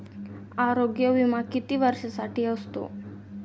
आरोग्य विमा किती वर्षांसाठी असतो?